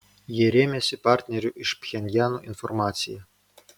jie rėmėsi partnerių iš pchenjano informacija